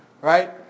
right